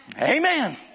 amen